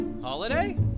Holiday